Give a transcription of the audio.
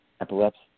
epilepsy